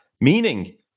meaning